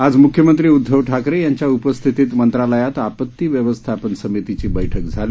आज म्ख्यमंत्री उद्धव ठाकरे यांच्या उपस्थितीत मंत्रालयात आपती व्यवस्थापन समितीची बैठक झाली